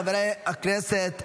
חברי הכנסת,